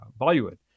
Bollywood